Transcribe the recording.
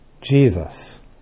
Jesus